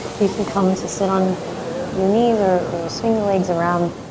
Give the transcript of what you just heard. you can come to sit on your knees or or swing the legs around